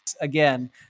again